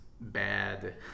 bad